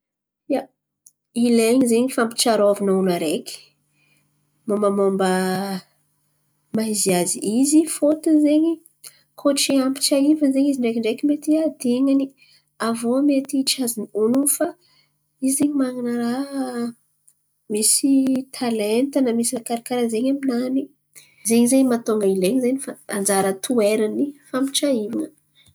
Ia, ilain̈a zen̈y fampitsarôvan̈a ny olo areky, momba ny maha izy azy izy. Fôtiny izen̈y koa tsy ampitsahivana zen̈y izy reky. Reky mety asa tohin̈iny havana mety tsy azony honon̈o fa izy zen̈y manan̈a raha misy talenta. Misy raha karà karà zen̈y aminany, zen̈y zen̈y mahatonga ilain̈y zen̈y fa anjara toerany fampitsahivan̈a.